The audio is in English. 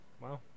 Wow